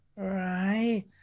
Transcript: Right